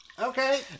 Okay